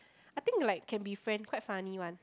I think like can be friend quite funny one